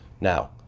now